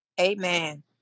Amen